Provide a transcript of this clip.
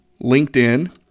LinkedIn